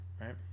right